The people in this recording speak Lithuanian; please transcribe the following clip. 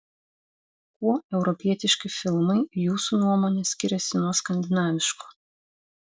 kuo europietiški filmai jūsų nuomone skiriasi nuo skandinaviškų